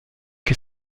que